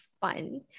fun